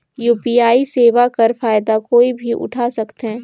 UPI सेवा कर फायदा कोई भी उठा सकथे?